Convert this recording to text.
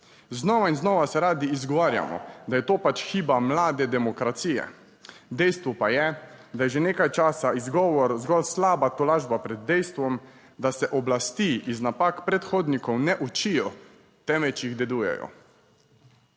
Znova in znova se radi izgovarjamo, da je to pač hiba mlade demokracije, dejstvo pa je, da je že nekaj časa izgovor zgolj slaba tolažba pred dejstvom, da se oblasti iz napak predhodnikov ne učijo, temveč jih dedujejo.